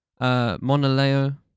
Monaleo